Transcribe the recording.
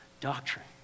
doctrine